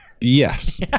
Yes